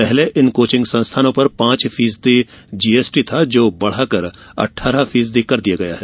पहले इन कोचिंग संस्थानों पर पांच फीसदी जीएसटी था जो बढ़ाकर अठारह फीसदी कर दिया गया है